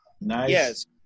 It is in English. Yes